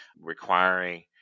requiring